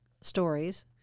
stories